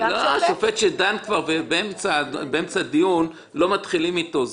לא, שופט שנמצא כבר באמצע הדיון לא מתחילים איתו.